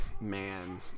man